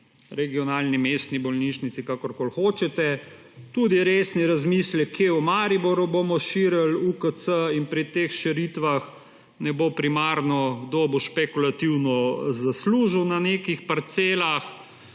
regionalni mestni bolnišnici, kakorkoli hočete. Tudi resen razmislek, kje v Mariboru bomo širili UKC in pri teh širitvah ne bo primarno, kdo bo špekulativno zaslužil na nekih parcelah.